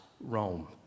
Rome